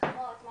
זה